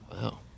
Wow